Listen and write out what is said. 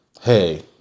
hey